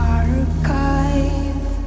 archive